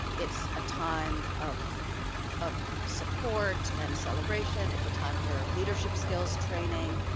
it's a time of of support and celebration, it's a time for leadership skills training,